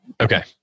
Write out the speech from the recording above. Okay